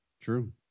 True